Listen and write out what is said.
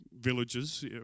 villages